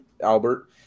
Albert